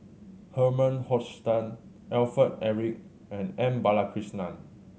Herman Hochstadt Alfred Eric and M Balakrishnan